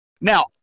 Now